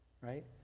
right